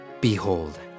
Behold